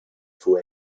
for